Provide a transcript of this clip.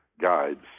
guides